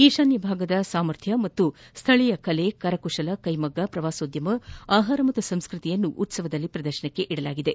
ಈಶಾನ್ವಭಾಗದ ಸಾಮರ್ಥ್ಯ ಹಾಗೂ ಸ್ಹಳೀಯ ಕಲೆ ಕರಕುಶಲ ಕೈಮಗ್ಗ ಪ್ರವಾಸೋದ್ಯಮ ಆಹಾರ ಮತ್ತು ಸಂಸ್ಕತಿಯನ್ನು ಉತ್ಸವದಲ್ಲಿ ಪ್ರದರ್ತಿಸಲಾಗುವುದು